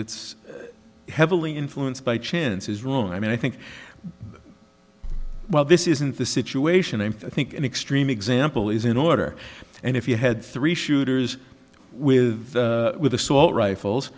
that's heavily influenced by chance is wrong i mean i think well this isn't the situation and i think an extreme example is in order and if you had three shooters with with assault rifles